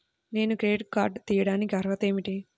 నేను credit card తీయడానికి అర్హత ఏమిటి?